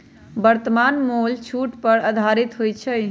वर्तमान मोल छूट पर आधारित होइ छइ